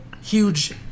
huge